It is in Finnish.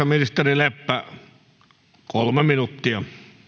ministeri leppä kolme minuuttia